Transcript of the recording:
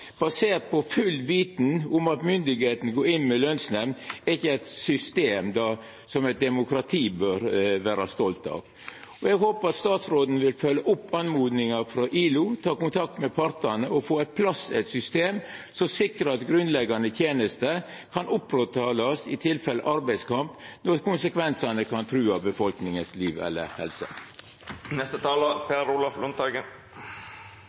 basert på full visse om at myndigheitene går inn med lønsnemnd, er ikkje eit system som eit demokrati bør vera stolt av. Eg håpar at statsråden vil følgja opp oppmodinga frå ILO, ta kontakt med partane og få på plass eit system som sikrar at grunnleggjande tenester kan oppretthaldast i tilfelle arbeidskamp, når konsekvensane kan trua liv eller